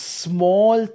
small